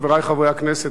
חברי חברי הכנסת,